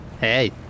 hey